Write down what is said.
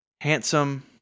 handsome